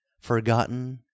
forgotten